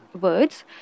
words